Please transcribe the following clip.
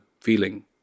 feeling